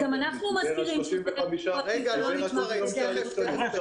אז גם אנחנו מזכירים שזה עסק פרטי שלא נתמך על ידי המדינה.